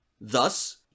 Thus